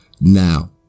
now